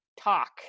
talk